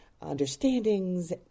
understandings